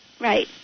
Right